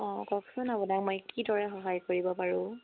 অঁ কওকচোন আপোনাক মই কিদৰে সহায় কৰিব পাৰোঁ